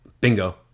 Bingo